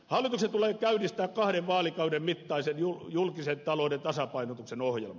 hallituksen tulee käynnistää kahden vaalikauden mittainen julkisen talouden tasapainotuksen ohjelma